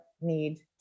need